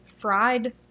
fried